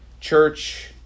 church